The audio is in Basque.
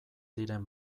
diren